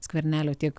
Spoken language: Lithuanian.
skvernelio tiek